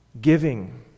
Giving